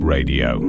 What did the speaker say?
Radio